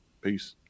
Peace